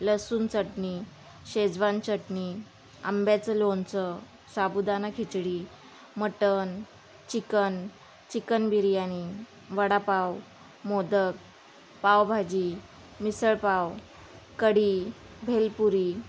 लसून चटणी शेजवान चटणी आंब्याचं लोणचं साबुदाणा khichdi mutton chicken chicken biryani vada pav modak pav bhaji misal pav kadhi bhelpuri